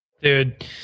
dude